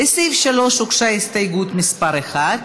לסעיף 3 הוגשה הסתייגות מס' 1,